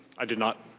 i did not.